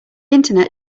internet